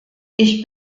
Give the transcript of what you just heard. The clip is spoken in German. ich